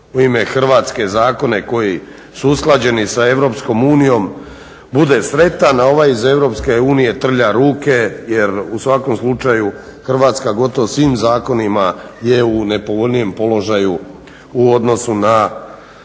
u ime Hrvatske zakone koji su usklađeni sa EU bude sretan a ovaj iz EU trlja ruke jer u svakom slučaju Hrvatska gotovo svim zakonima je u nepovoljnijem položaju u odnosu na zemlje